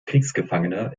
kriegsgefangene